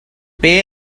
pay